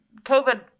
COVID